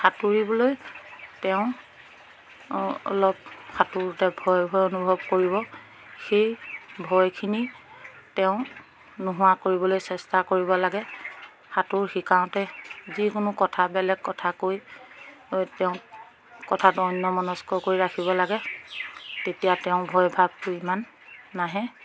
সাঁতুৰিবলৈ তেওঁ অলপ সাঁতোৰতে ভয় ভয় অনুভৱ কৰিব সেই ভয়খিনি তেওঁ নোহোৱা কৰিবলৈ চেষ্টা কৰিব লাগে সাঁতোৰ শিকাওঁতে যিকোনো কথা বেলেগ কথা কৈ তেওঁক কথাটো অন্যমনস্ক কৰি ৰাখিব লাগে তেতিয়া তেওঁ ভয় ভাৱটো ইমান নাহে